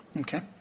Okay